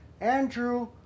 Andrew